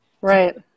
Right